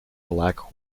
black